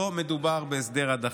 לא מדובר בהסדר הדחה.